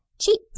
cheap